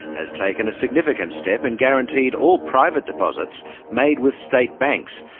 has taken a significant step and guaranteed all private deposits made with state banks,